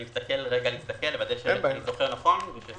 אני רוצה לוודא שאני זוכר נכון, וזה